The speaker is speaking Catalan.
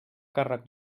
càrrec